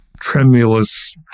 tremulous